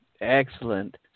Excellent